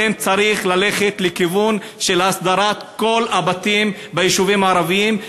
לכן צריך ללכת לכיוון של הסדרת כל הבתים ביישובים הערביים,